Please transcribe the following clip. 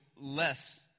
less